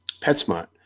Petsmart